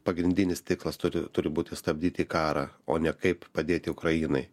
pagrindinis tikslas turi turi būti stabdyti karą o ne kaip padėti ukrainai